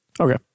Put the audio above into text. Okay